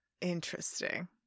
Interesting